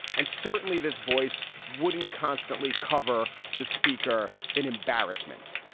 and certainly this voice wouldn't constantly cover the speaker in embarrassment.